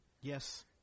Yes